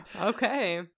Okay